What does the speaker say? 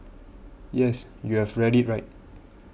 yes you have read it right